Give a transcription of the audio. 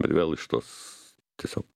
bet vėl iš tos tiesiog